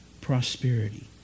prosperity